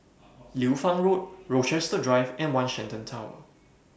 Liu Fang Road Rochester Drive and one Shenton Tower